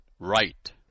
Right